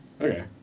Okay